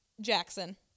Jackson